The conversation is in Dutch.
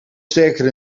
sterker